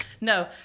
No